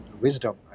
wisdom